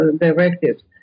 directives